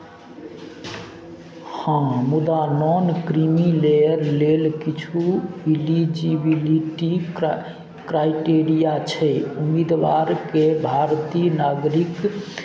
हँ मुदा non creamy layer लेल किछु इलिजिबिलिटी क्रा क्राइटेरिया छै उम्मीदवारकेँ भारतीय नागरिक